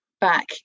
back